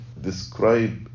describe